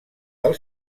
del